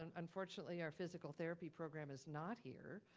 and unfortunately our physical therapy program is not here,